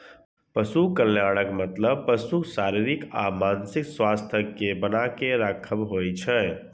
पशु कल्याणक मतलब पशुक शारीरिक आ मानसिक स्वास्थ्यक कें बनाके राखब होइ छै